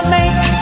make